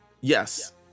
Yes